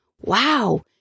Wow